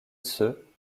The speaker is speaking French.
ceux